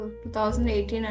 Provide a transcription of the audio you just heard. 2018